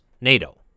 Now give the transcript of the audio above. NATO